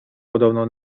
podobno